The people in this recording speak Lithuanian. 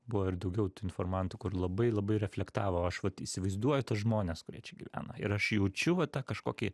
buvo ir daugiau tų informantų kur labai labai reflektavo aš vat įsivaizduoju tuos žmones kurie čia gyveno ir aš jaučiu va tą kažkokį